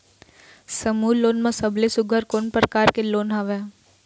समूह लोन मा सबले सुघ्घर कोन प्रकार के लोन हवेए?